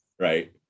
right